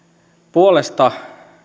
puolesta